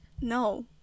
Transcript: No